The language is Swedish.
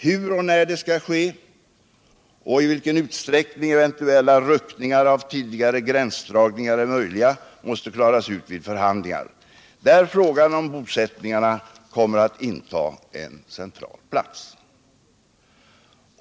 Hur och när detta skall ske och i vilken utsträckning eventuella ruckningar av tidigare gränsdragningar är möjliga måste klaras ut vid förhandlingar, där frågan om bosättningarna kommeratt inta en central plats.